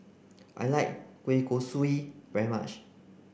I like Kueh Kosui very much